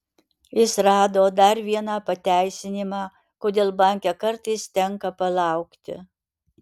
jis rado dar vieną pateisinimą kodėl banke kartais tenka palaukti